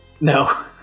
No